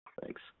Thanks